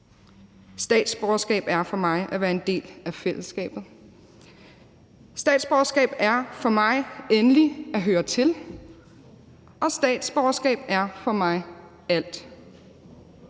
statsborgerskab er for mig at være en del af fællesskabet; statsborgerskab er for mig endelig at høre til; og statsborgerskab er for mig alt.